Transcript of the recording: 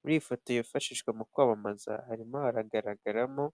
Muri iyi foto yifashishwa mu kwamamaza, harimo haragaragaramo